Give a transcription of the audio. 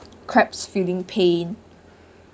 crabs feeling pain